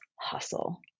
hustle